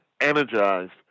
energized